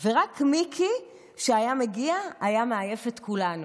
ורק מיקי, כשהיה מגיע, היה מעייף את כולנו.